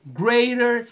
greater